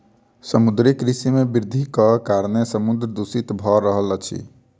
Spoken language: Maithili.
समुद्रीय कृषि मे वृद्धिक कारणेँ समुद्र दूषित भ रहल अछि